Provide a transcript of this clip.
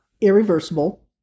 irreversible